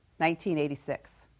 1986